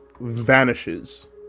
vanishes